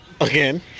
again